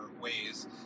ways